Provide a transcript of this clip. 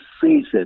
season